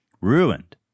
ruined